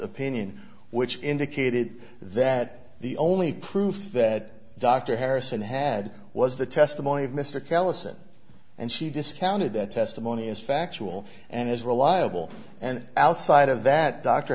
opinion which indicated that the only proof that dr harrison had was the testimony of mr callison and she discounted that testimony as factual and as reliable and outside of that dr